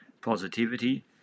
positivity